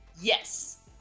yes